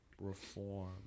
reform